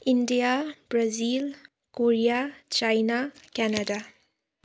India Brazil Korea China Canada